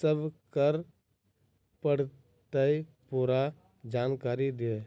सब करऽ पड़तै पूरा जानकारी दिय?